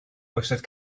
oesoedd